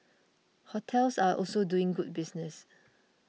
hotels are also doing good business